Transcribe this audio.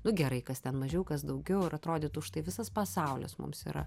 nu gerai kas ten mažiau kas daugiau ir atrodytų štai visas pasaulis mums yra